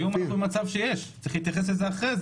היום אנחנו במצב שיש וצריך להתייחס לזה אחרת,